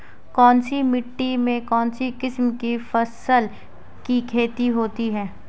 कौनसी मिट्टी में कौनसी किस्म की फसल की खेती होती है?